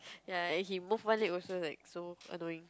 ya he move one leg also like so annoying